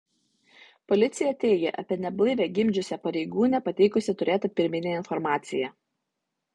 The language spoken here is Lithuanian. policija teigia apie neblaivią gimdžiusią pareigūnę pateikusi turėtą pirminę informaciją